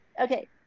Okay